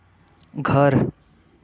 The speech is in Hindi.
घर